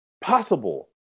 possible